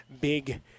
big